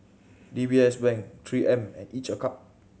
D B S Bank Three M and Each a Cup